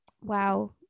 wow